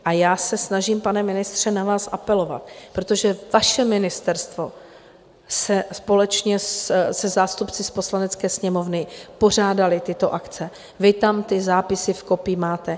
A já se snažím, pane ministře, na vás apelovat, protože vaše ministerstvo společně se zástupci z Poslanecké sněmovny jste pořádali tyto akce, vy tam ty zápisy v kopii máte.